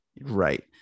Right